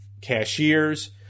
cashiers